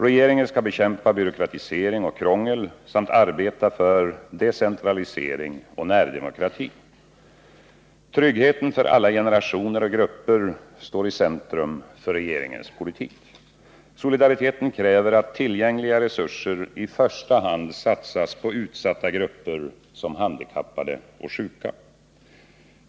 Regeringen skall bekämpa byråkratisering och krångel samt arbeta för decentralisering och närdemokrati. Tryggheten för alla generationer och grupper står i centrum för regeringens politik. Solidariteten kräver att tillgängliga resurser i första hand satsas på utsatta grupper som handikappade och sjuka.